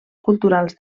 culturals